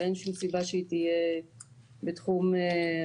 ואין שום סיבה שהיא תהיה בתחום הכרזה.